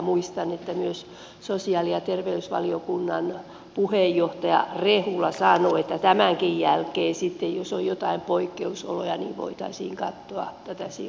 muistan että myös sosiaali ja terveysvaliokunnan puheenjohtaja rehula sanoi että tämänkin jälkeen sitten jos on jotain poikkeusoloja voitaisiin kattella totesi